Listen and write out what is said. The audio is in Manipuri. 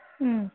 ꯎꯝ